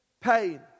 pain